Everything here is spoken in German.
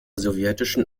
sowjetischen